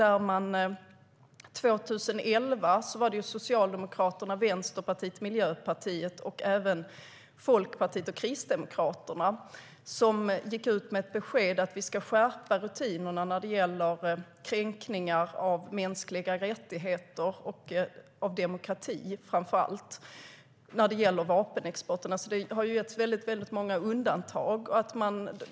År 2011 gick Socialdemokraterna, Vänsterpartiet, Miljöpartiet och även Folkpartiet och Kristdemokraterna ut med ett besked om att vi ska skärpa rutinerna för vapenexporten när det gäller kränkningar av mänskliga rättigheter och demokratifrågor. Det har getts många undantag.